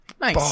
Nice